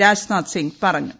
രാജ്നാഥ് സിംഗ് പറഞ്ഞു